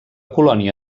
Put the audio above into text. colònia